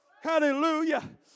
Hallelujah